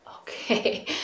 okay